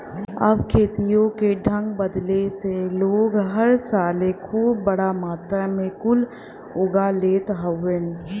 अब खेतियों के ढंग बदले से लोग हर साले खूब बड़ा मात्रा मे कुल उगा लेत हउवन